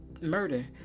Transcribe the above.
murder